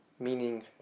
meaning